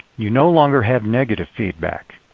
you no longer have negative feedback.